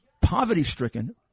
poverty-stricken